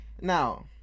Now